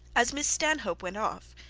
as miss stanhope went off,